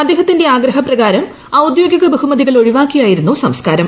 അദ്ദേഹത്തിന്റെ ആഗ്രഹപ്രകാരം ഔദ്യോഗിക ബഹുമതികൾ ഒഴിവാക്കിയായിരുന്നു സംസ്ക്കാരം